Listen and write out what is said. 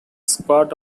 squad